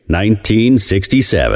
1967